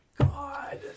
God